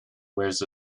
wears